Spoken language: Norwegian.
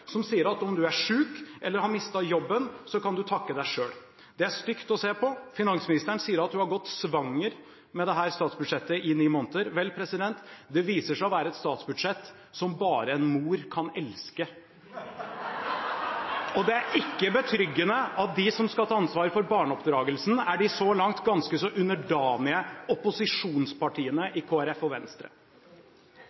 som sier at om du er syk eller har mistet jobben, kan du takke deg selv. Det er stygt å se på. Finansministeren sier at hun har gått svanger med dette statsbudsjettet i ni måneder. Vel, det viser seg å være et statsbudsjett som bare en mor kan elske . Og det er ikke betryggende at de som skal ta ansvar for barneoppdragelsen, er de så langt ganske så underdanige opposisjonspartiene